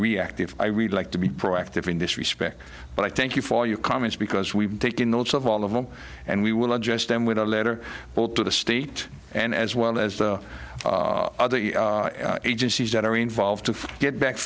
reactive i read like to be proactive in this respect but i thank you for your comments because we've taken notice of all of them and we will adjust them with a letter to the state and as well as the other agencies that are involved to get back